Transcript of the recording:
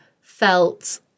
felt